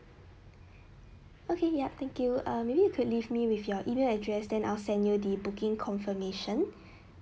okay yup thank you uh maybe you could leave me with your email address then I'll send you the booking confirmation